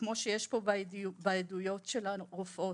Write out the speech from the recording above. כמו שיש פה בעדויות של הרופאות,